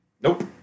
Nope